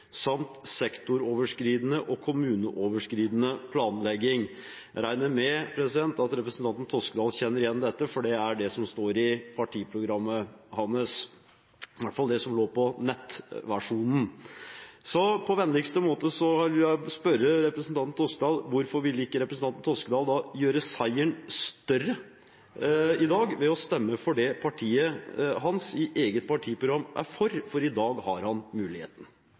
samt sektoroverskridende og kommuneoverskridende planlegging. Jeg regner med at representanten Toskedal kjenner igjen dette, for det er det som står i partiprogrammet hans. Det er i hvert fall det som lå på nettversjonen. På vennligste måte vil jeg spørre representanten Toskedal: Hvorfor vil ikke representanten Toskedal gjøre seieren større i dag ved å stemme for det partiet hans i eget partiprogram er for? I dag har han muligheten.